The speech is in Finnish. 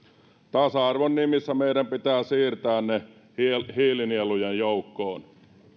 tasa arvon minimissä meidän pitää siirtää ne hiilinielujen joukkoon